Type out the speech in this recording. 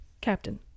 captain